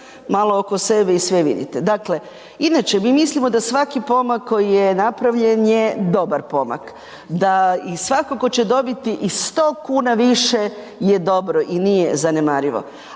malo oko sebe i sve vidite. Dakle, inače mi mislimo da svaki pomak koji je napravljen je dobar pomak, da i svako tko će dobiti i 100 kuna više je dobro i nije zanemarivo,